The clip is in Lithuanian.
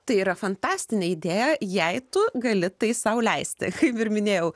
tai yra fantastinė idėja jei tu gali tai sau leisti kaip ir minėjau